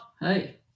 Hey